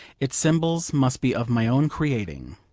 its symbols must be of my own creating.